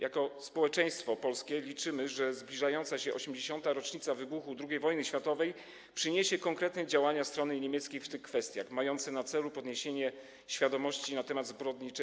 Jako społeczeństwo polskie liczymy, że zbliżająca się 80. rocznica wybuchu II wojny światowej przyniesie konkretne działania strony niemieckiej w tych kwestiach, mające na celu podniesienie świadomości na temat zbrodni